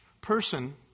person